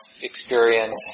experience